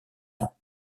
ans